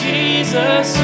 Jesus